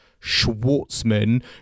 Schwartzman